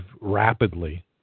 rapidly